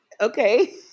Okay